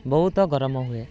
ବହୁତ ଗରମ ହୁଏ